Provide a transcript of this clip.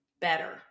better